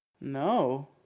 No